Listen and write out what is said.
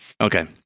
Okay